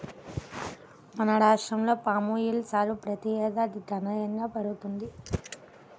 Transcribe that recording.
మన రాష్ట్రంలో పామాయిల్ సాగు ప్రతి ఏడాదికి గణనీయంగా పెరుగుతున్నది